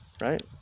Right